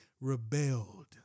rebelled